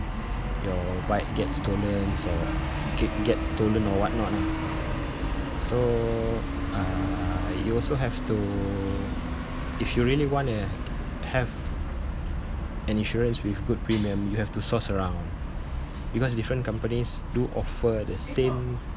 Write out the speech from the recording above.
your bike gets stolen or get get stolen or what not lah so uh you also have to if you really wanna have an insurance with good premium you have to source around because different companies do offer the same